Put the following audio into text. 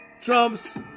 trump's